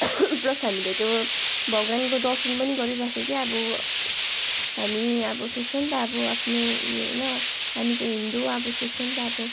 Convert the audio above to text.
plus हामीले त्यो भगवान्को दर्शन पनि गरिराख्यो क्या अब हामी अब सोच्छ नि त अब आफ्नो उयो होइन हामी चाहिँ हिन्दू अब सोच्छ नि त अब